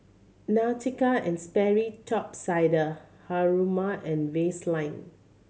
Nautica and Sperry Top Sider Haruma and Vaseline